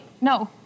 no